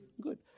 good